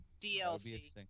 DLC